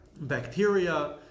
bacteria